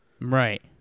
Right